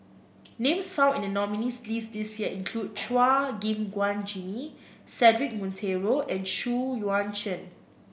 names found in the nominees' list this year include Chua Gim Guan Jimmy Cedric Monteiro and Xu Yuan Zhen